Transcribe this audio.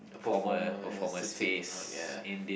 a performance to take note ya